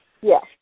Yes